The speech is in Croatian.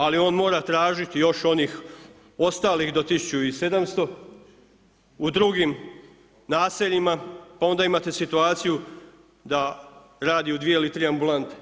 Ali on mora tražiti još onih ostalih do 1700 u drugim naseljima pa onda imate situaciju da radi u 2 ili 3 ambulante.